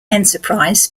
enterprise